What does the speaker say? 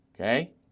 Okay